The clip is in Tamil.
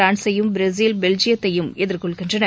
பிரான்ஸையும் பிரேசில் பெல்ஜியத்தையும் எதிர்கொள்கின்றன